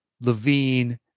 Levine